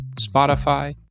Spotify